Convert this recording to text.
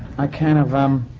i kind of. um